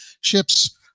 ships